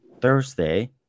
Thursday